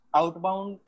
outbound